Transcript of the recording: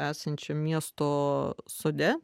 esančiam miesto sode